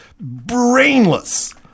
brainless